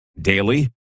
daily